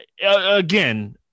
again